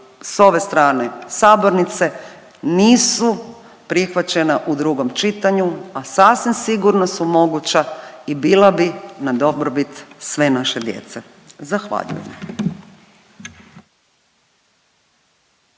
s ove strane sabornice nisu prihvaćena u drugom čitanju, a sasvim sigurno su moguća i bila bi na dobrobit sve naše djece. Zahvaljujem.